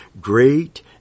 great